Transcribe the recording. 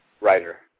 writer